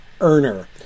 earner